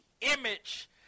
image